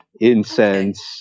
Incense